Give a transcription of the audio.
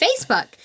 Facebook